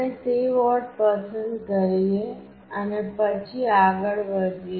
આપણે તે બોર્ડ પસંદ કરીએ અને પછી આગળ વધીએ